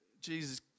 Jesus